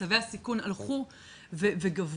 מצבי הסיכון הלכו וגברו.